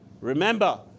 Remember